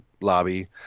lobby